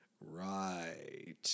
Right